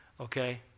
Okay